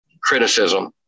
criticism